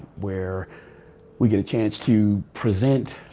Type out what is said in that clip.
where we get a chance to present,